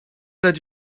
that